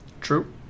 True